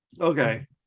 Okay